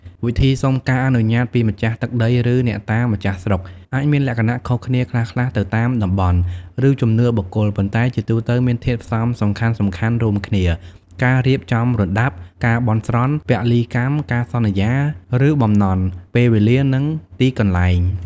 វិធីសុំការអនុញ្ញាតពីម្ចាស់ទឹកដី ឬអ្នកតាម្ចាស់ស្រុក អាចមានលក្ខណៈខុសគ្នាខ្លះៗទៅតាមតំបន់ ឬជំនឿបុគ្គល ប៉ុន្តែជាទូទៅមានធាតុផ្សំសំខាន់ៗរួមគ្នា ការរៀបចំរណ្តាប់ ការបន់ស្រន់ ពលីកម្ម ការសន្យា ឬបំណន់ ពេលវេលា និងទីកន្លែង។